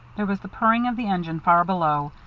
there was the puffing of the engine far below,